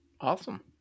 Awesome